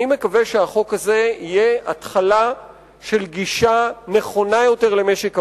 אני מקווה שהחוק הזה יהיה התחלה של גישה נכונה יותר למשק המים,